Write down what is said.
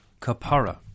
Kapara